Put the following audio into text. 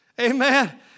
Amen